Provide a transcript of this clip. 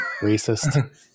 Racist